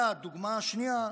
והדוגמה השנייה,